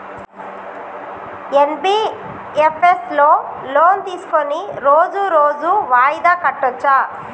NBFS లో loan తీస్కొని రోజు రోజు వాయిదా కట్టచ్ఛా?